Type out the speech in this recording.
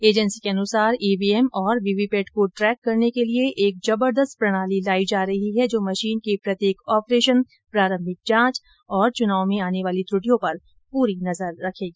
agency के अनुसार EVM और वीवीपैट को ट्रैक करने के लिए एक जंबरदस्त प्रणाली लायी जा रही है जो मशीन के प्रत्येक ऑपरेशन प्रारंभिक जांच और चुनाव में आने वाली त्रुटियों पर पूरी नजर रखेगी